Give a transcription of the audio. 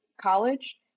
college